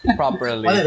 properly